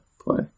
play